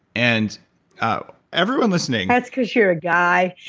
and um everyone listening that's because you're a guy.